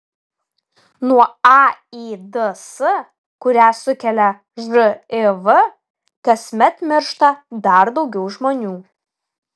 nuo aids kurią sukelia živ kasmet miršta dar daugiau žmonių